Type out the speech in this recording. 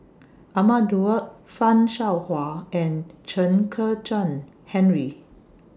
Ahmad Daud fan Shao Hua and Chen Kezhan Henri